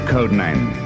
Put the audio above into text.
Codename